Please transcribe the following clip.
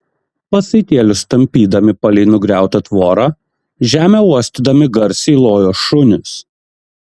pasaitėlius tampydami palei nugriautą tvorą žemę uostydami garsiai lojo šunys